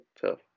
tough